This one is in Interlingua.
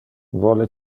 vole